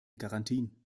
garantien